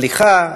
הליכה,